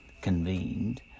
convened